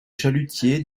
chalutiers